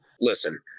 Listen